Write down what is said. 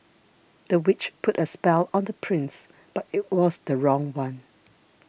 the witch put a spell on the prince but it was the wrong one